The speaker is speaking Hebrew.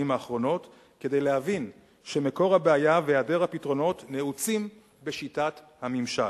האחרונות כדי להבין שמקור הבעיה והיעדר הפתרונות נעוצים בשיטת הממשל.